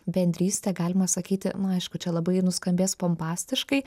bendrystė galima sakyti na aišku čia labai nuskambės pompastiškai